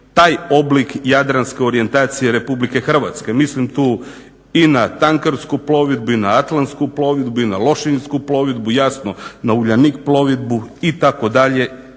taj oblik jadranske orijentacije RH. Mislim tu i na tankersku plovidbu i na Atlantsku plovidbu na Lošinjsku plovidbu jasno na Uljanik plovidbu itd.,